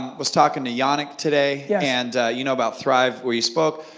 was talking to yanik today yeah and you know about thrive where he spoke,